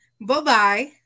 Bye-bye